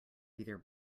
either